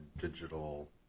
digital